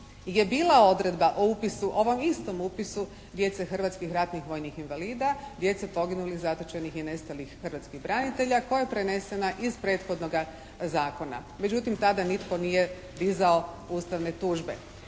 je bila odredba o upisu, ovom istom upisu djece hrvatskih ratnih vojnih invalida, djece poginulih, zatočenih i nestalih hrvatskih branitelja koja je prenesena iz prethodnoga zakona. Međutim tada nitko nije dizao ustavne tužbe.